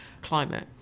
climate